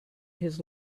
his